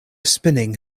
spinning